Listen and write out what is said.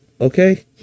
okay